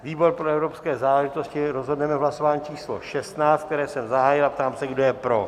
Výbor pro evropské záležitosti rozhodneme v hlasování číslo 16, které jsem zahájil, a ptám se, kdo je pro.